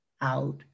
out